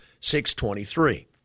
6.23